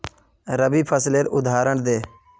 रवि फसलेर उदहारण दे?